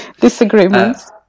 disagreements